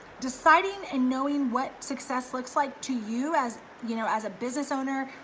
deciding and knowing what success looks like to you as you know as a business owner,